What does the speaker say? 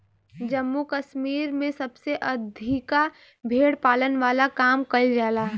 जम्मू कश्मीर में सबसे अधिका भेड़ पालन वाला काम कईल जाला